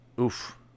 Oof